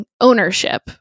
ownership